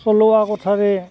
চলোৱা কথাৰে